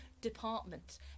department